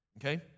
okay